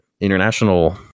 international